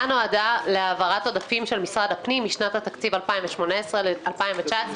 נועדה להעברת עודפים של משרד הפנים משנת התקציב 2018 לשנת התקציב 2019,